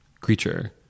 creature